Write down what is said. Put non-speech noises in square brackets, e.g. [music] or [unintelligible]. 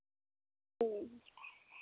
[unintelligible]